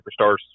Superstars